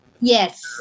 Yes